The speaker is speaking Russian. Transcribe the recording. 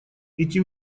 эти